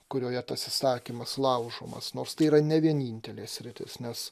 kurioje tas įsakymas laužomas nors tai yra ne vienintelė sritis nes